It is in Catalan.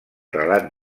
relat